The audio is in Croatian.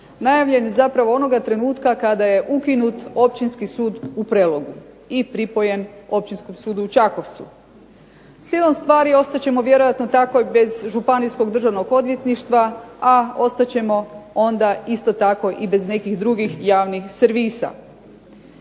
najavljen zapravo onoga trenutka kada je ukinut Općinski sud u Prelogu i pripojen Općinskom sudu u Čakovcu. Slijedom stvari ostat ćemo vjerojatno tako i bez Županijskog državnog odvjetništva, a ostat ćemo onda isto tako i bez nekih drugih javnih servisa.